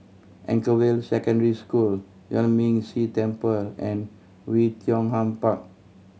Anchorvale Secondary School Yuan Ming Si Temple and Oei Tiong Ham Park